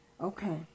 Okay